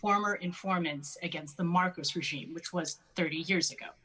former informants against the marcos regime which was thirty years ago